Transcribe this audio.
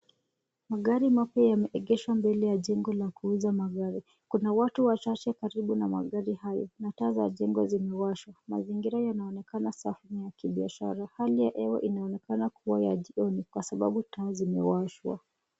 Magari mapya yameegeshwa mbele ya jengo la kuuza magari. Kuna watu wachache karibu na magari hayo na taa za jengo zimewashwa. Mazingira yanaonekana safi na ya kibiashara. Hali ya hewa inaonekana kuwa ya jioni kwa sababu taa zimewashwa.